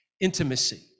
intimacy